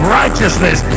righteousness